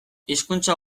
hizkuntza